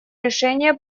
решения